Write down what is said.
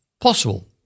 possible